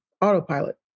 autopilot